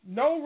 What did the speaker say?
no